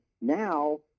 now